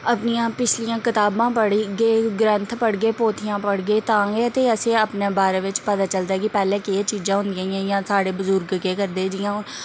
अपनियां पिछलियां कताबां पढ़गे ग्रंथ पढ़गे पोथियां पढ़गे तां गै ते असेंगी अपने बारे बिच्च पता चलदा कि पैह्ले केह् चीज़ा होंदियां हियां साढ़े बजुर्ग केह् करदे हे जियां हून